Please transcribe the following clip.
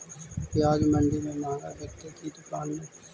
प्याज मंडि में मँहगा बिकते कि दुकान में?